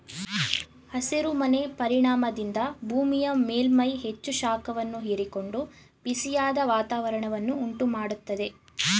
ಹಸಿರು ಮನೆ ಪರಿಣಾಮದಿಂದ ಭೂಮಿಯ ಮೇಲ್ಮೈ ಹೆಚ್ಚು ಶಾಖವನ್ನು ಹೀರಿಕೊಂಡು ಬಿಸಿಯಾದ ವಾತಾವರಣವನ್ನು ಉಂಟು ಮಾಡತ್ತದೆ